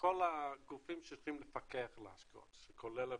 לכל הגופים שצריכים לפקח על ההשקעות, כולל הוועדה.